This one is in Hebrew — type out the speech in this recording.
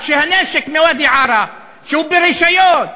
כשהנשק מוואדי-ערה, שהוא ברישיון,